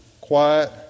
quiet